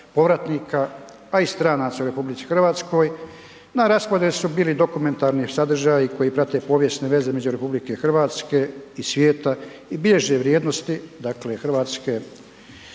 a i stranaca u RH. na rasporedu su bili dokumentarni sadržaji koji prate povijesne veza između RH i svijeta i bilježe vrijednosti hrvatske kulturne